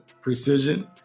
precision